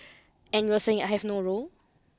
and you are saying I have no role